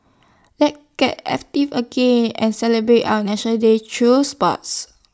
let's get active again and celebrate our National Day through sports